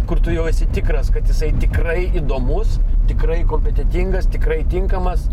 kur tu jau esi tikras kad jisai tikrai įdomus tikrai kompetentingas tikrai tinkamas